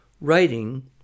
writing